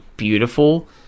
beautiful